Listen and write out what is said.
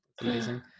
amazing